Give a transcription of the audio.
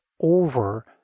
over